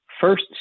first